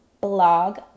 blog